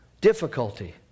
difficulty